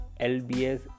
LBS